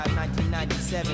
1997